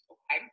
Okay